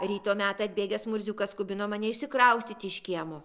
ryto metą atbėgęs murziukas skubino mane išsikraustyti iš kiemo